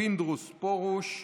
פינדרוס ופרוש.